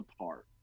apart